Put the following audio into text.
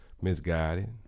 misguided